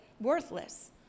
worthless